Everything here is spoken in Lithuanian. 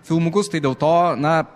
filmukus tai dėl to na